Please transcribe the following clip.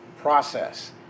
process